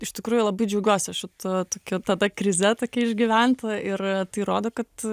iš tikrųjų labai džiaugiuosi aš šita tokia tada krize tokia išgyventa ir tai rodo kad